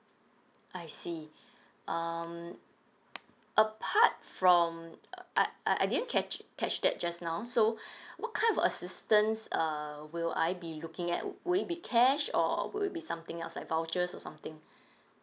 I see um apart from uh I I didn't catch catch that just now so what kind of assistance err will I be looking at would it be cash or would it be something else like vouchers or something